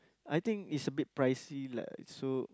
I think it's a bit pricey lah so